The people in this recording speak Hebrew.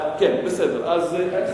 אני מסתכל על, בסדר.